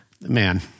man